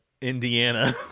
Indiana